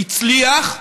הצליח,